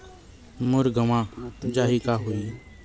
मोर गंवा जाहि का होही?